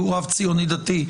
והוא רב ציוני דתי,